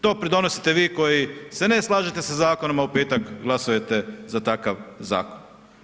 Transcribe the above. To pridonosite vi koji se ne slažete sa zakonom, a u petak glasujete za takav zakon.